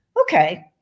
okay